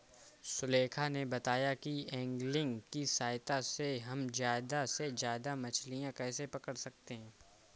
सुलेखा ने बताया कि ऐंगलिंग की सहायता से हम ज्यादा से ज्यादा मछलियाँ कैसे पकड़ सकते हैं